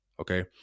Okay